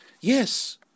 Yes